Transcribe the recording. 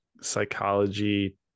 psychology